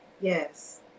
Yes